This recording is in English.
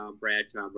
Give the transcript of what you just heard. Bradshaw